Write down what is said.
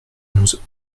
onze